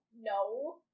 no